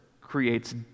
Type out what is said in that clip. creates